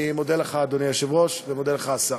אני מודה לך, אדוני היושב-ראש, ואני מודה לך, השר.